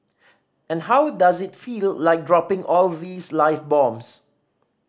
and how does it feel like dropping all these live bombs